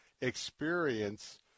experience